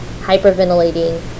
hyperventilating